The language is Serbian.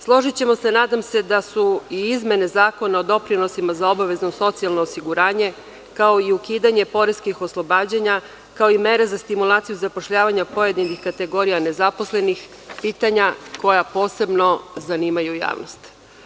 Složićemo se da su i izmene Zakona o doprinosima za obavezno socijalno osiguranje, kao i ukidanje poreskih oslobađanja, kao i mere za stimulaciju zapošljavanja pojedinih kategorija nezaposlenih pitanja koja posebno zanimaju javnost.